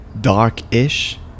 dark-ish